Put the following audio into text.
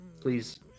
Please